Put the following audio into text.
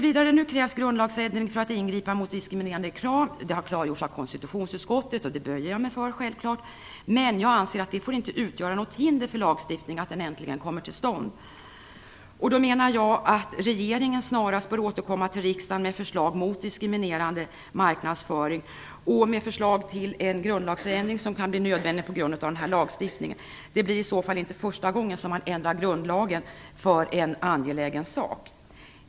Att det krävs en grundlagsändring för att man skall kunna ingripa mot diskriminerande reklam har klargjorts av konstitutionsutskottet. Det böjer jag mig självfallet för. Men jag anser att det inte får utgöra något hinder för att en lagstiftning äntligen kommer till stånd. Regeringen bör snarast återkomma till riksdagen med förslag till lagstiftning mot diskriminerande marknadsföring och med förslag till den grundlagsändring som kan bli nödvändig på grund av denna lagstiftning. Det blir i så fall inte första gången som man ändrar grundlagen för en angelägen sak.